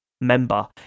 member